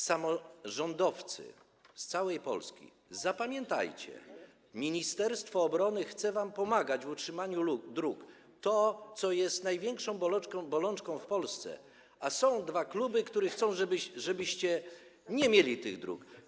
Samorządowcy z całej Polski, zapamiętajcie to, że ministerstwo obrony chce wam pomagać w utrzymaniu dróg, w tym, co jest największą bolączką w Polsce, a są dwa kluby, które chcą, żebyście nie mieli tych dróg.